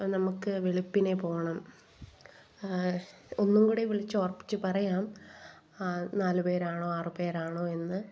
ആ നമുക്ക് വെളുപ്പിനെ പോണം ആ ഒന്നും കൂടെ വിളിച്ചോർപ്പിച്ച് പറയാം ആ നാല് പേരാണോ ആറ് പേരാണോ എന്ന്